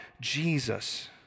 Jesus